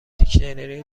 دیکشنری